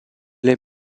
les